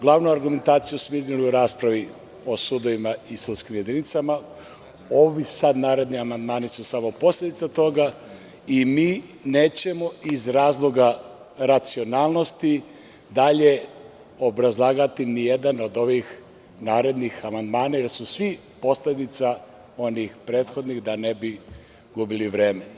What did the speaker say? Glavnu argumentaciju smo izneli u raspravi o sudovima i sudskim jedinicama, ovi sada naredni amandmani su samo posledica toga i mi nećemo iz razloga racionalnosti dalje obrazlagati nijedan od ovih narednih amandmana, jer su svi posledica onih prethodnih, da ne bi gubili vreme.